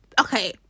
okay